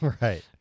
Right